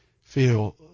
feel